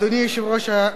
אדוני היושב-ראש,